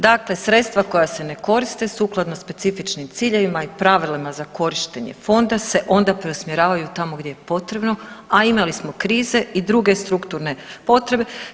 Dakle, sredstva koja se ne koriste sukladno specifičnim ciljevima i pravilima za korištenje fonda se onda preusmjeravaju tamo gdje je potrebno, a imali smo krize i druge strukturne potrebe.